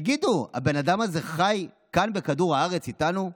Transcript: תגידו, הבן אדם הזה חי כאן בכדור הארץ איתנו?